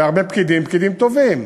הרבה פקידים הם פקידים טובים,